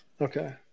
okay